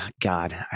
God